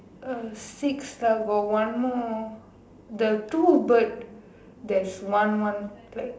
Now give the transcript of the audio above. uh six uh got one more the two bird there's one one like